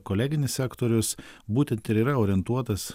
koleginis sektorius būtent ir yra orientuotas